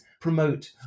promote